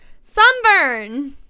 sunburn